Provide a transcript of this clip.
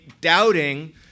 doubting